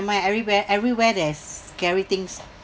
my everywhere everywhere there's scary things